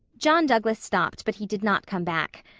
john douglas stopped but he did not come back.